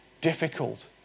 difficult